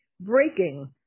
Breaking